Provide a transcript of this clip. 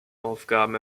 aufgaben